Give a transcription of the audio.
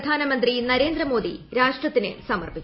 പ്രധാനമന്ത്രി നരേന്ദ്രമോദി രാഷ്ട്രത്തിന് സമർപ്പിച്ചു